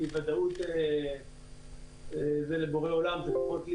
כי ודאות זה לבורא עולם ופחות לי,